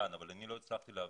אני לא הצלחתי להבין.